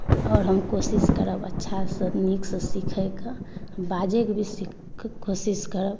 आओर हम कोशिश करब अच्छासँ नीकसँ सिखैके बाजैके भी कोशिश करब